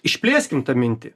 išplėskim tą mintį